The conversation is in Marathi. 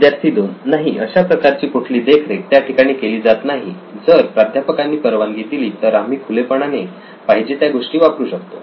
विद्यार्थी 2 नाही अशा प्रकारची कुठली देखरेख त्या ठिकाणी केली जात नाही जर प्राध्यापकांनी परवानगी दिली तर आम्ही खुलेपणाने पाहिजे त्या गोष्टी वापरू शकतो